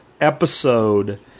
episode